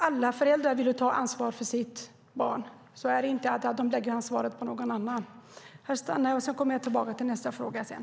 Alla föräldrar vill ju ta ansvar för sitt barn, inte lägga ansvaret på någon annan.